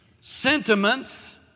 sentiments